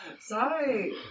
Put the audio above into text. Sorry